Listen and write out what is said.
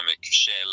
shell